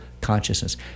consciousness